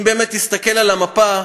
אם באמת תסתכל על המפה,